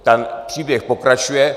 Ten příběh pokračuje.